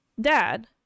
dad